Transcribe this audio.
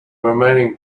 remaining